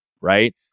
right